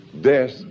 death